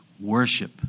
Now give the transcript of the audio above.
Worship